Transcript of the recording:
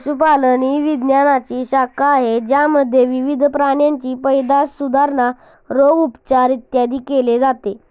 पशुपालन ही विज्ञानाची शाखा आहे ज्यामध्ये विविध प्राण्यांची पैदास, सुधारणा, रोग, उपचार, इत्यादी केले जाते